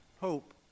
hope